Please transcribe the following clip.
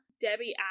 Debbie